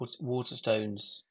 Waterstones